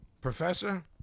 Professor